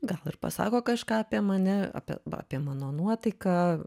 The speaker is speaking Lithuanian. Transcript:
gal ir pasako kažką apie mane apie va apie mano nuotaiką